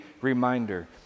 reminder